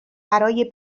برای